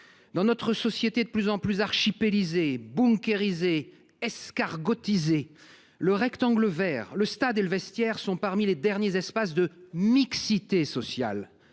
Dans une société de plus en plus archipélisée, bunkérisée, « escargotisée », le rectangle vert, le stade et le vestiaire sont parmi les derniers espaces de mixité sociale.